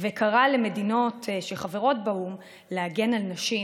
וקראה למדינות שחברות באו"ם להגן על נשים